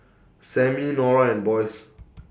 Sammie Norah and Boyce